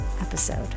episode